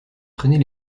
traîner